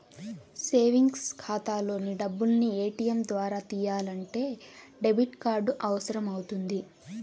savings ఖాతాలోని డబ్బుల్ని ATM ద్వారా తియ్యాలంటే డెబిట్ కార్డు అవసరమవుతుంది